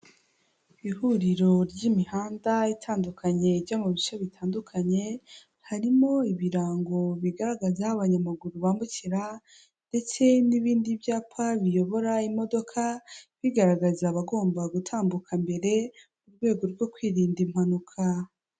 Ihuriro ry'imihanda itandukanye ijya mu bice bitandukanye, harimo ibirango bigaragaza aho abanyamaguru bambukira ndetse n'ibindi byapa biyobora imodoka, bigaragaza abagomba gutambuka mbere mu rwego rwo kwirinda impanuka.